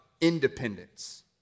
independence